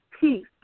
peace